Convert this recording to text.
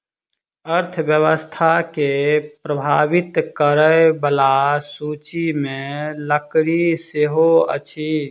अर्थव्यवस्था के प्रभावित करय बला सूचि मे लकड़ी सेहो अछि